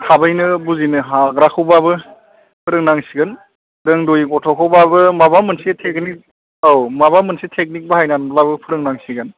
थाबैनो बुजिनो हाग्राखौबाबो फोरोंनांसिगोन रोंदावि गथ'खौबाबो माबा मोनसे थेकनिक औ माबा मोनसे थेकनिक बाहायनानैब्लाबो फोरोंनांसिगोन